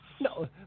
No